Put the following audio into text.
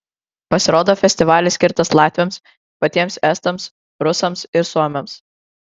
pasirodo festivalis skirtas latviams patiems estams rusams ir suomiams